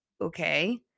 Okay